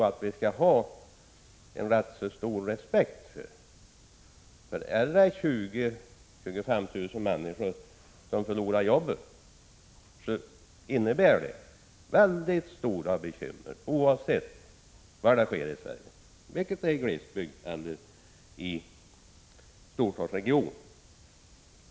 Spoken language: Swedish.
Det innebär ju mycket stora bekymmer om 20 000-25 000 människor i Sverige förlorar jobben — oavsett om det sker i glesbygd eller i storstadsregion.